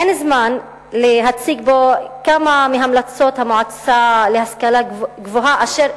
אין זמן להציג פה כמה מהמלצות המועצה להשכלה גבוהה אשר,